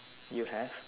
you have